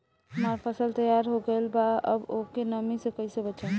हमार फसल तैयार हो गएल बा अब ओके नमी से कइसे बचाई?